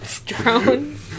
Drones